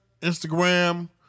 Instagram